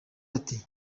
ati